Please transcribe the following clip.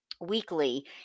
weekly